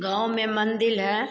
गाँव में मंदिर है